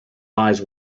eyes